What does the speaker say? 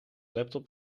laptop